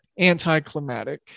Anticlimatic